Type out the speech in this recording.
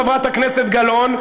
חברת הכנסת גלאון,